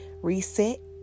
Reset